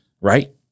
right